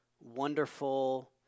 wonderful